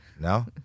No